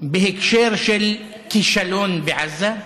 בהקשר של כישלון בעזה,